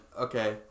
Okay